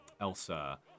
Elsa